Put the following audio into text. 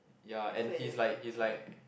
ya and he's like he's like